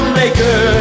maker